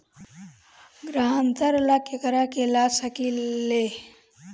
ग्रांतर ला केकरा के ला सकी ले?